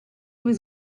was